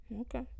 Okay